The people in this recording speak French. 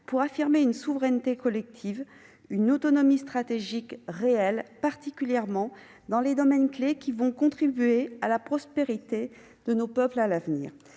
pour garantir notre souveraineté collective et une autonomie stratégique réelle, particulièrement dans les domaines clefs qui vont contribuer à la prospérité de nos peuples ? Mes